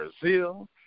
Brazil